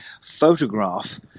photograph –